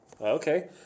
Okay